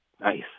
nice